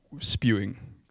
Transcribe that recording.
spewing